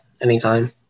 anytime